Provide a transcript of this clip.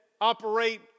operate